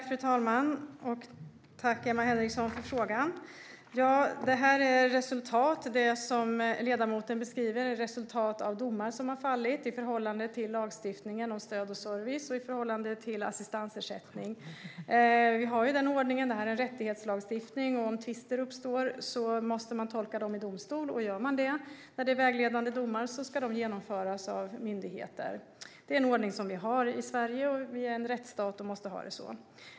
Fru talman! Jag tackar Emma Henriksson för frågan. Det som ledamoten beskriver är resultat av domar som har fallit i förhållande till lagstiftningen om stöd och service och i förhållande till assistansersättningen. Det här är en rättighetslagstiftning. Om tvister uppstår måste man göra en tolkning i domstol, och vägledande domar ska genomföras av myndigheter. Det är den ordning som vi har i Sverige. Vi är en rättsstat och måste ha det så.